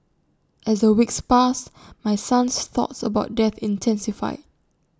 as the weeks passed my son's thoughts about death intensified